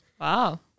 Wow